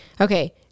Okay